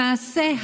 למעשה,